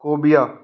cobia